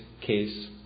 case